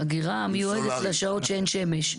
אגירה מיועדת לשעות שאין שמש,